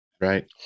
Right